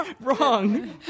Wrong